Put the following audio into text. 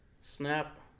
Snap